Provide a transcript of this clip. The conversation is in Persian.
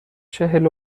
چهل